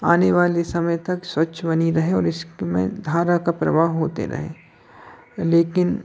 आने वाले समय तक स्वच्छ बनी रहे और इसमें धारा का प्रवाह होते रहे लेकिन